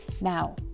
now